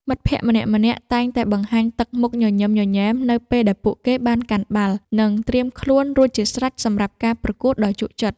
មិត្តភក្តិម្នាក់ៗតែងតែបង្ហាញទឹកមុខញញឹមញញែមនៅពេលដែលពួកគេបានកាន់បាល់ និង ត្រៀមខ្លួនរួចជាស្រេចសម្រាប់ការប្រកួតដ៏ជក់ចិត្ត។